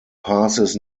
passes